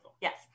Yes